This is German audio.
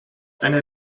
einer